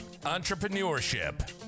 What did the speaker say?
entrepreneurship